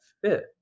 fit